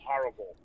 horrible